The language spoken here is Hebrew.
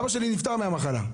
אבא של נפטר מהמחלה.